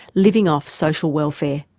living off social welfare.